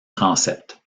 transept